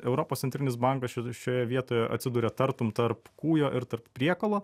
europos centrinis bankas ši šioje vietoje atsiduria tartum tarp kūjo ir tarp priekalo